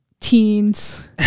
teens